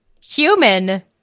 human